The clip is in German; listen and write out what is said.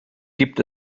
gibt